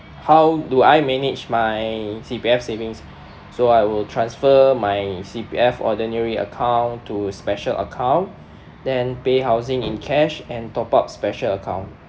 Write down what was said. how do I manage my C_P_F savings so I will transfer my C_P_F ordinary account to special account then pay housing in cash and top up special account